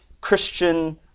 Christian